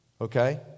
Okay